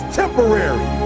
temporary